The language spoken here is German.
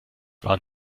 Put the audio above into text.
waren